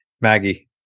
Maggie